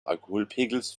alkoholpegels